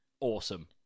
Awesome